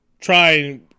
Try